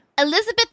Elizabeth